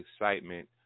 excitement